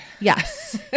yes